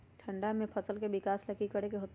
ठंडा में फसल के विकास ला की करे के होतै?